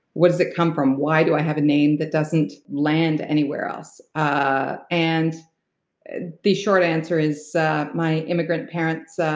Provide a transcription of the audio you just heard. what does it come from? why do i have a name that doesn't land anywhere else? ah and the short answer is my immigrant parents